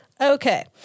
Okay